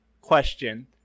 question